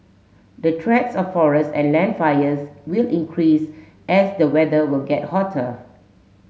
the threats of forest and land fires will increase as the weather will get hotter